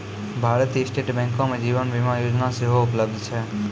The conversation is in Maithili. भारतीय स्टेट बैंको मे जीवन बीमा योजना सेहो उपलब्ध छै